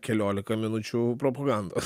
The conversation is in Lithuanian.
keliolika minučių propagandos